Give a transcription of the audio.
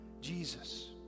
Jesus